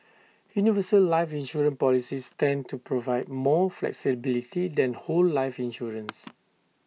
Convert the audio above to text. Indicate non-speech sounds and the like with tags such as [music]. universal life insurance policies tend to provide more flexibility than whole life insurance [noise]